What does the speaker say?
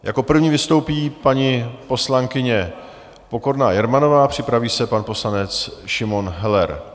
Jako první vystoupí paní poslankyně Pokorná Jermanová, připraví se pan poslanec Šimon Heller.